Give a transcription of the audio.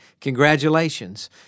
congratulations